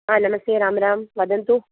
हा नमस्ते रां रां वदन्तु